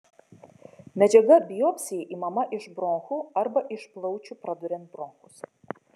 medžiaga biopsijai imama iš bronchų arba iš plaučių praduriant bronchus